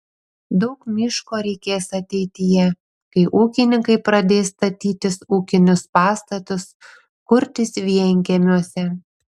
daug miško reikės ateityje kai ūkininkai pradės statytis ūkinius pastatus kurtis vienkiemiuose